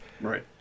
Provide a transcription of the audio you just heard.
right